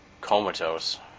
comatose